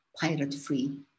pirate-free